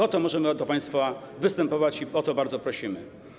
O to możemy do państwa występować i o to bardzo prosimy.